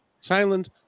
silent